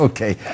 Okay